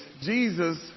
Jesus